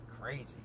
Crazy